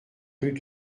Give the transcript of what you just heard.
rue